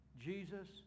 Jesus